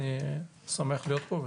אני שמח להיות פה,